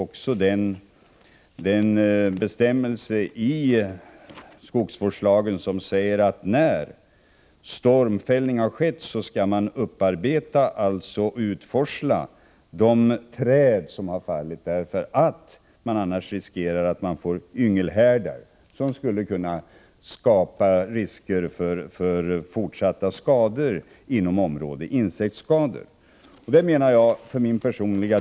Det finns en bestämmelse i skogsvårdslagen som säger att när stormfällning har skett skall man upparbeta och utforsla de träd som har fallit därför att man annars riskerar att få yngelhärdar som skulle kunna skapa risker för fortsatta insektsskador inom området.